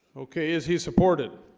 okay is he supported